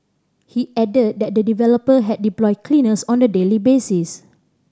he added that the developer had deployed cleaners on a daily basis